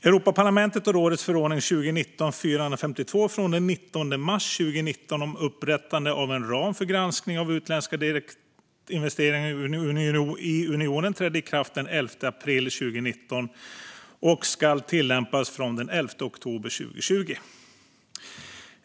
Europaparlamentets och rådets förordning 2019/452 från den 19 mars 2019 om upprättande av en ram för granskning av utländska direktinvesteringar i unionen trädde i kraft den 11 april 2019 och ska tillämpas från den 11 oktober 2020.